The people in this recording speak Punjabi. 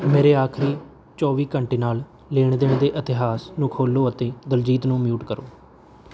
ਮੇਰੇ ਆਖਰੀ ਚੌਵੀ ਘੰਟੇ ਨਾਲ ਲੈਣ ਦੇਣ ਦੇ ਇਤਿਹਾਸ ਨੂੰ ਖੋਲੋ ਅਤੇ ਦਿਲਜੀਤ ਨੂੰ ਮਊਟ ਕਰੋ